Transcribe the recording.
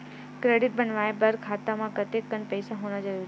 Credit बनवाय बर खाता म कतेकन पईसा होना जरूरी हवय?